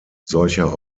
solcher